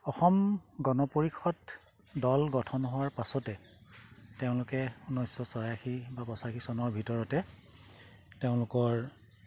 অসম গণ পৰিষদ দল গঠন হোৱাৰ পাছতে তেওঁলোকে ঊনৈছশ ছয়াশী বা পঁচাশী চনৰ ভিতৰতে তেওঁলোকৰ